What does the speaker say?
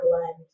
blend